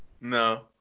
No